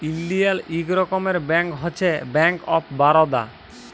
ইলডিয়াল ইক রকমের ব্যাংক হছে ব্যাংক অফ বারদা